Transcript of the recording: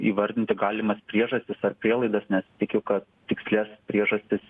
įvardinti galimas priežastis ar prielaidas nes tikiu kad tikslias priežastis